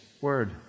word